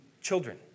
children